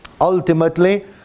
ultimately